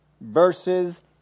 verses